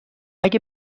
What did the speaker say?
اگه